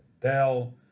Dell